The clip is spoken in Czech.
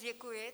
Děkuji.